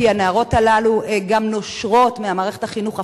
כי הנערות הללו גם נושרות ממערכת החינוך הפורמלית,